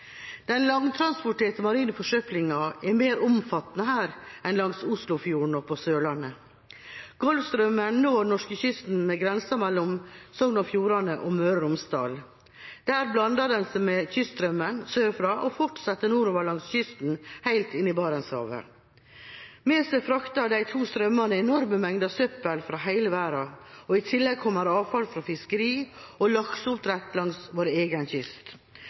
marine forsøplingen er mer omfattende her enn langs Oslofjorden og på Sørlandet. Golfstrømmen når norskekysten ved grensa mellom Sogn og Fjordane og Møre og Romsdal. Der blander den seg med kyststrømmen sørfra og fortsetter nordover langs kysten, helt inn i Barentshavet. Med seg frakter de to strømmene enorme mengder søppel fra hele verden, og i tillegg kommer avfall fra fiskeri og lakseoppdrett langs vår egen kyst.